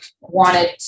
wanted